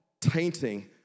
tainting